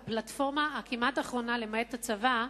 כפלטפורמה כמעט אחרונה, למעט הצבא,